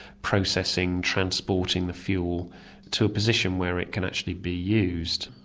processing, transporting the fuel to a position where it can actually be used.